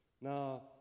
Now